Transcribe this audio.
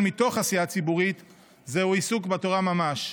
מתוך עשייה ציבורית הם עיסוק בתורה ממש.